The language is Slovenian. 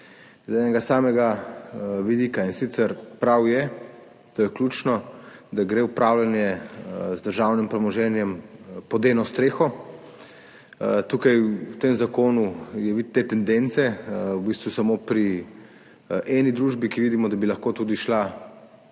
z enega samega vidika, in sicer je prav, to je ključno, da gre upravljanje z državnim premoženjem pod eno streho. Tukaj v tem zakonu je videti te tendence. V bistvu se samo pri eni družbi, za katero vidimo, da bi lahko tudi šla